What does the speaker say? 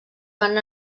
van